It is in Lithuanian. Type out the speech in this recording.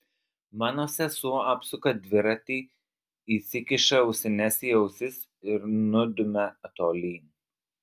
mano sesuo apsuka dviratį įsikiša ausines į ausis ir nudumia tolyn